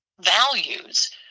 values